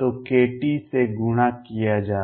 तो kT से गुणा किया जाता है